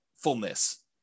Fullness